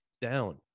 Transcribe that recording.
down